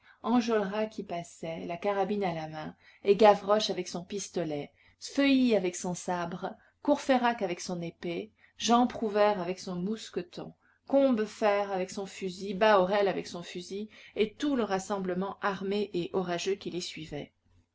enjolras qui passait la carabine à la main et gavroche avec son pistolet feuilly avec son sabre courfeyrac avec son épée jean prouvaire avec son mousqueton combeferre avec son fusil bahorel avec son fusil et tout le rassemblement armé et orageux qui les suivait